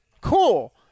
cool